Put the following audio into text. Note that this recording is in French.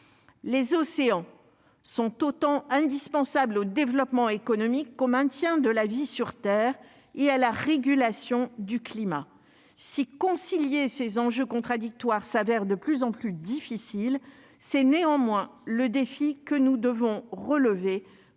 les océans sont autant indispensable au développement économique au maintien de la vie sur Terre et à la régulation du climat si concilier ces enjeux contradictoires s'avère de plus en plus difficile, c'est néanmoins le défi que nous devons relever